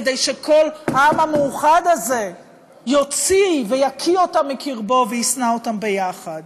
כדי שכל העם המאוחד הזה יוציא ויקיא אותם מקרבו וישנא אותם ביחד.